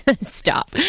stop